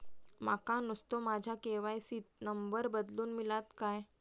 माका नुस्तो माझ्या के.वाय.सी त नंबर बदलून मिलात काय?